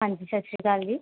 ਹਾਂਜੀ ਸਤਿ ਸ਼੍ਰੀ ਅਕਾਲ ਜੀ